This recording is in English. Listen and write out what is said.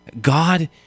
God